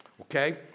Okay